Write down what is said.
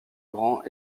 grands